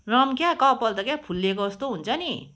र पनि क्या कपाल त क्या फुल्लिएको जस्तो हुन्छ नि